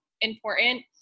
important